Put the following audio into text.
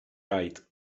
raid